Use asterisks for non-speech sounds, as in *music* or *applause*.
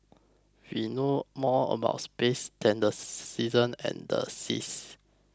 we know more about space than the *noise* seasons and the seas